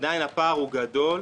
עדיין הפער הוא גדול,